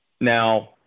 Now